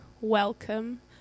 welcome